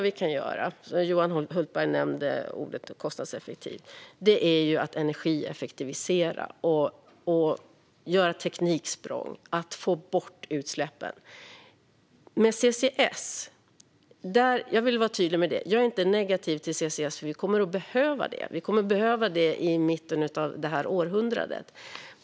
Det absolut mest kostnadseffektiva vi kan göra är att energieffektivisera och ta tekniksprång för att få bort utsläppen. När det gäller CCS vill jag vara tydlig med att jag inte är negativ till det, utan det kommer att behövas i mitten av århundradet.